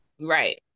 Right